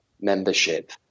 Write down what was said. membership